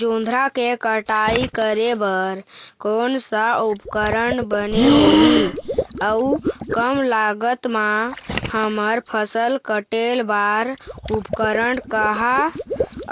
जोंधरा के कटाई करें बर कोन सा उपकरण बने होही अऊ कम लागत मा हमर फसल कटेल बार उपकरण कहा